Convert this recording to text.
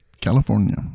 California